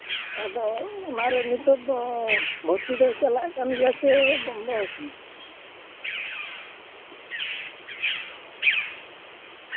ᱟᱫᱚ ᱚᱱᱟ ᱨᱮ ᱱᱤᱛᱳᱜ ᱫᱚ ᱵᱷᱩᱨᱛᱤ ᱫᱚ ᱪᱟᱞᱟᱜ ᱠᱟᱱ ᱜᱮᱭᱟ ᱵᱚᱱᱫᱚᱣᱟᱠᱟᱱᱟ